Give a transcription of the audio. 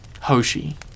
Hoshi